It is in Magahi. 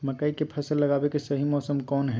मकई के फसल लगावे के सही मौसम कौन हाय?